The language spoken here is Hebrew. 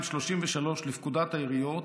לפקודת העיריות